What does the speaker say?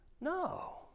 No